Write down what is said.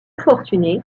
fortuné